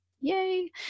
Yay